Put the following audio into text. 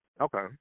Okay